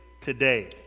today